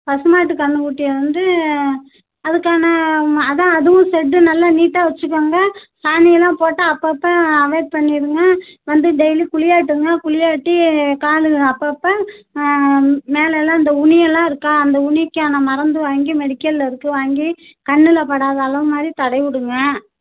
பசு மாட்டுக் கன்றுக் குட்டியை வந்து அதுக்கான ம அதுதான் அதுவும் செட்டு நல்லா நீட்டாக வச்சுக்கோங்க சாணி எல்லாம் போட்டால் அப்போ அப்போ அவாய்ட் பண்ணியிருங்க வந்து டெய்லி குளியாட்டுங்க குளியாட்டி காலு அப்போ அப்போ மேலே எல்லாம் அந்த உண்ணி எல்லாம் இருக்கா அந்த உண்ணிக்கான மருந்து வாங்கி மெடிக்கலில் இருக்குது வாங்கி கண்ணில் படாத அளவு மாதிரி தடவி விடுங்க